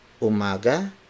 umaga